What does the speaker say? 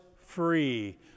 free